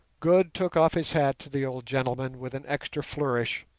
good took off his hat to the old gentleman with an extra flourish,